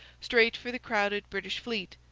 straight for the crowded british fleet.